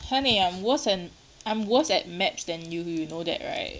honey I am worse and I'm worse at maps than you you know that right